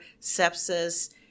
sepsis